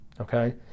Okay